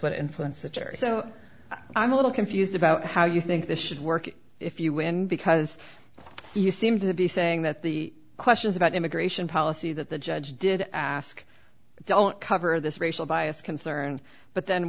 what influence the church so i'm a little confused about how you think this should work if you win because you seem to be saying that the questions about immigration policy that the judge did ask don't cover this racial bias concern but then